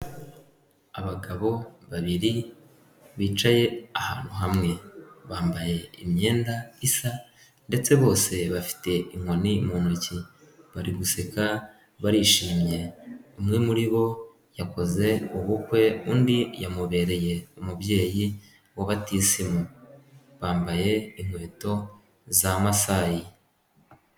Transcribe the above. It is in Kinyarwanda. Abagabo babiri bicaye ahantu hamwe, bambaye imyenda isa ndetse bose bafite inkoni mu ntoki, bari guseka barishimye umwe muri bo yakoze ubukwe undi yamubereye umubyeyi wa batisimu, bambaye inkweto za masayi.